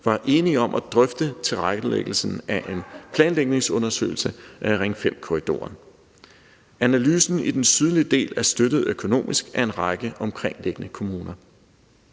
var enig om at drøfte tilrettelæggelsen af en planlægningsundersøgelse af Ring 5-korridoren. Analysen af den sydlige del er støttet økonomisk af en række omkringliggende kommuner